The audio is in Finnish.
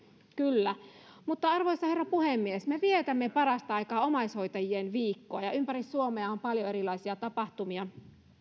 kyllä arvoisa herra puhemies me vietämme parasta aikaa omaishoitajien viikkoa ja ympäri suomea on paljon erilaisia tapahtumia